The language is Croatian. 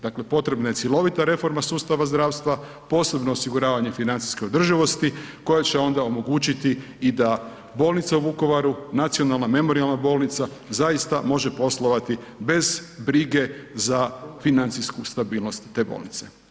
Dakle, potrebna je cjelovita reforma sustava zdravstva, posebno osiguravanje financijske održivosti koja će onda omogućiti i da bolnica u Vukovaru, Nacionalna memorijalna bolnica zaista može poslovati bez brige za financijsku stabilnost te bolnice.